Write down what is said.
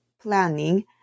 planning